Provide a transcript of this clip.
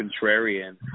contrarian